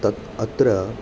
तत् अत्र